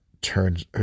turns